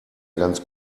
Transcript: ganz